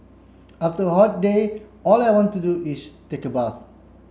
after a hot day all I want to do is take a bath